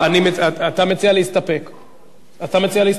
אתה מציע להסתפק בתשובתך?